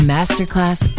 Masterclass